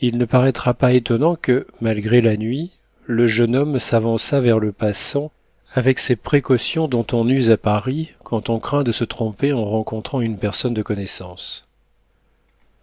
il ne paraîtra pas étonnant que malgré la nuit le jeune homme s'avançât vers le passant avec ces précautions dont on use à paris quand on craint de se tromper en rencontrant une personne de connaissance